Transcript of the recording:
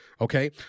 Okay